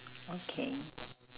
okay